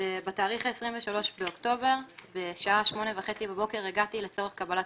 בתאריך 23 באוקטובר בשעה 08:30 בבוקר הגעתי לצורך קבלת